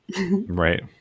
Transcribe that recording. right